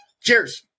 Cheers